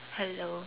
hello